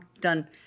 done